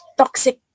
toxic